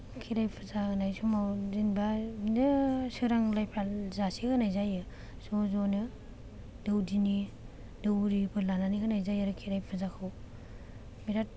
खेराइ फुजा होनाय समाव जेनबा बिदिनो सोरां लायफा जासे होनाय जायो ज' ज'नो देवदिनि दौरिफोर लानानै होनाय जायो आरो खेराइ फुजाखौ बिराद